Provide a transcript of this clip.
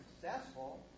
successful